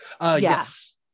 Yes